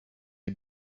die